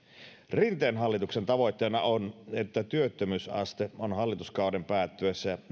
rinteen hallituksen tavoitteena on että työttömyysaste on hallituskauden päättyessä